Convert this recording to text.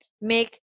make